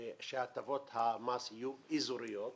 שהטבות המס יהיו אזוריות.